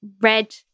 red